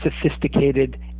sophisticated